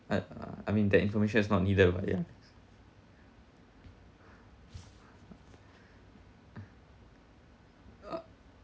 uh I mean that information is not needed but ya uh